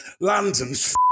London's